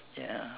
ya